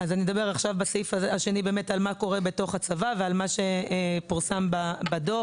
אדבר עכשיו על מה קורה בתוך הצבא ועל מה שפורסם בדוח.